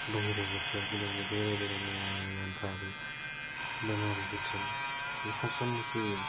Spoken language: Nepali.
भइरहेको छ किनभने धेरै धेरै नयाँ नयाँ यन्त्रहरू बनाइरहेका छन् यहाँसम्म कि